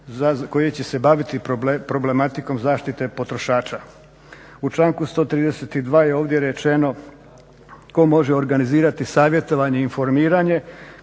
koje će se baviti problematikom zaštite potrošača. U članku 132. je ovdje rečeno tko može organizirati savjetovanje i informiranje,